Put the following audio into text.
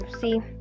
see